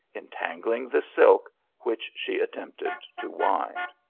entangling the silk which she attempted to wind.